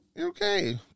Okay